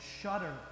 shudder